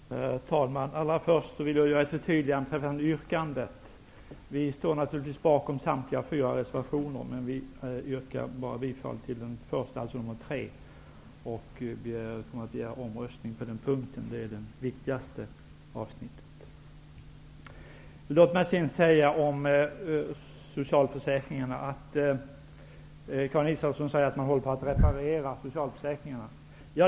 Herr talman! Allra först vill jag göra ett förtydligande beträffande yrkandet. Vi står naturligtvis bakom samtliga fyra reservationer, men vi yrkar bara bifall till den första, dvs. nr 3. Vi kommer bara att begära omröstning på den punkten. Den rör det viktigaste avsnittet. Karin Israelsson säger att man håller på att reparera socialförsäkringarna.